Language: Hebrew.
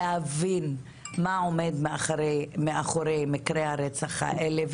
להבין מה עומד מאחורי מקרי הרצח האלה,